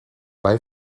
bei